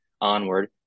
onward